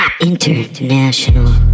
INTERNATIONAL